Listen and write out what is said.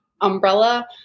umbrella